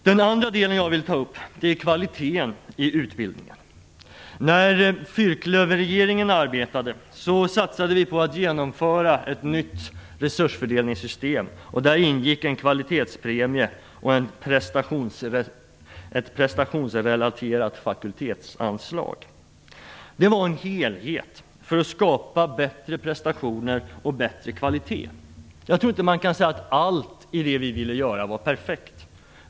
Den andra punkten jag vill ta upp är kvaliteten i utbildningen. När fyrklöverregeringen arbetade satsade vi på att genomföra ett nytt resursfördelningssystem. Där ingick en kvalitetspremie och ett prestationsrelaterat fakultetsanslag. Det var en helhet för att skapa bättre prestationer och bättre kvalitet. Jag tror inte att man kan säga att allt det vi ville göra var perfekt.